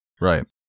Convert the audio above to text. Right